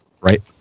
Right